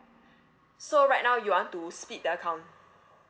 so right now you want to split the account